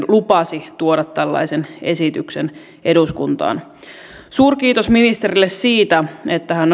lupasi tuoda tällaisen esityksen eduskuntaan suurkiitos ministerille siitä että hän